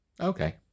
Okay